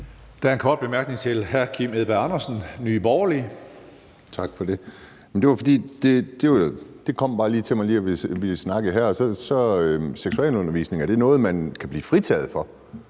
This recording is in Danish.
Der er en kort bemærkning til hr. Kim Edberg Andersen, Nye Borgerlige. Kl. 15:00 Kim Edberg Andersen (NB): Tak for det. Det kom bare lige til mig, da vi snakkede her: Er seksualundervisning noget, man kan blive fritaget for?